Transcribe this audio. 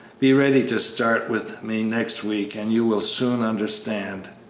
be ready to start with me next week, and you will soon understand.